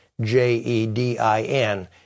J-E-D-I-N